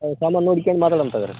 ಅದು ಸಾಮಾನು ನೋಡ್ಕಂಡ್ ಮಾತಾಡಣ ತಗೊರೀ